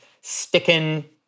sticking